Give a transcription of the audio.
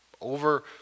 over